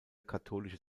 katholische